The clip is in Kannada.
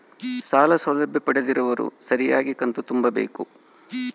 ಸಾಲ ಸೌಲಭ್ಯ ಪಡೆದಿರುವವರು ಸರಿಯಾಗಿ ಕಂತು ತುಂಬಬೇಕು?